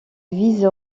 vice